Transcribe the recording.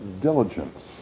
diligence